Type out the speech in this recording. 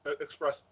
express